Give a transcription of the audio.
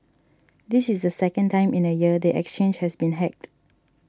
this is the second time in a year the exchange has been hacked